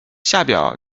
下表